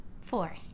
Four